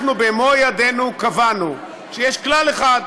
אנחנו במו-ידינו קבענו שיש כלל אחד: